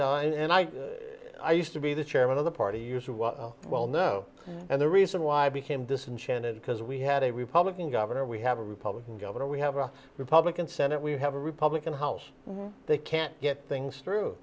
know and i i used to be the chairman of the party use of well no and the reason why i became disenchanted because we had a republican governor we have a republican governor we have a republican senate we have a republican house and they can't get things through